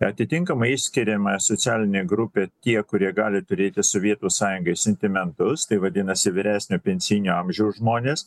atitinkamai išskiriama socialinė grupė tie kurie gali turėti sovietų sąjungai sentimentus tai vadinasi vyresnio pensijinio amžiaus žmonės